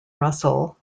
russell